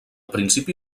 principi